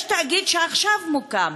יש תאגיד שעכשיו מוקם.